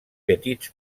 petits